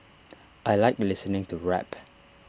I Like listening to rap